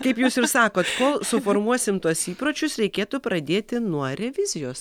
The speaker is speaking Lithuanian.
kaip jūs ir sakot kol suformuosim tuos įpročius reikėtų pradėti nuo revizijos